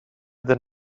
than